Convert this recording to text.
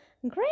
Great